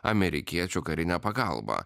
amerikiečių karinę pagalbą